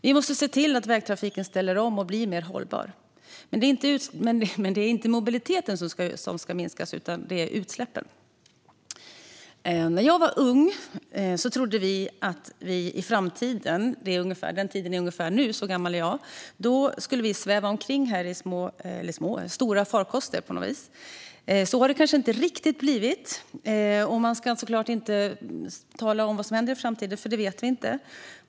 Vi måste se till att vägtrafiken ställer om och blir mer hållbar, men det är inte mobiliteten som ska minskas utan utsläppen. När jag var ung trodde jag att vi i framtiden - och den tiden är ungefär nu, för så gammal är jag - skulle sväva omkring i stora farkoster. Så har det kanske inte riktigt blivit. Man ska såklart inte tala om vad som händer i framtiden, eftersom vi inte vet det.